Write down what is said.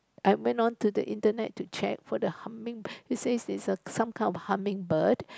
I went on to the internet to check for the humming it says it's a some kind of a hummingbird